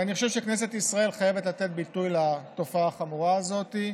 ואני חושב שכנסת ישראל חייבת לתת ביטוי לתופעה החמורה הזאת,